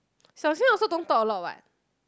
Xiao-Shen also don't talk a lot what